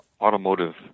automotive